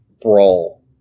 brawl